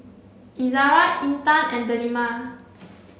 Izara Intan and Delima